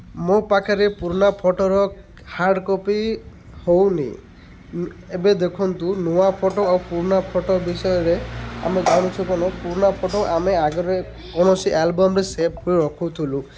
ମୋ ପାଖରେ ପୁରୁଣା ଫଟୋର ହାର୍ଡ଼କପି ହେଉନି ଏବେ ଦେଖନ୍ତୁ ନୂଆ ଫଟୋ ଆଉ ପୁରୁଣା ଫଟୋ ବିଷୟରେ ଆମେ ଜାଣିୁଛୁ ପୁରୁଣା ଫଟୋ ଆମେ ଆଗରେ କୌଣସି ଆଲ୍ବମ୍ରେ ସେଭ୍ କରି ରଖୁଥିଲୁ